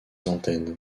antennes